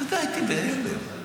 אתה יודע, הייתי בהלם.